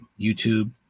YouTube